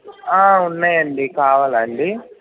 ఉన్నాయి అండి కావాలా అండి